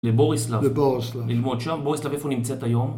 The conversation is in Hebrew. לבוריסלב. ללמוד שם. בוריסלב איפה נמצאת היום?